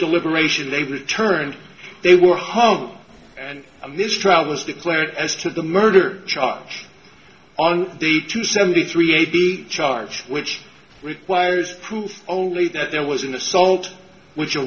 deliberations they returned they were home and a mistrial was declared as to the murder charge on the two seventy three a charge which requires proof only that there was an assault which a re